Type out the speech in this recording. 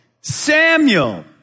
Samuel